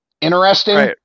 interesting